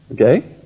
Okay